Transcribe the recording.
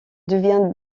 devient